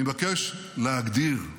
אני מבקש להגדיר: